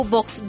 Box